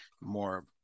more